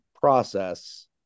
process